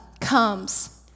comes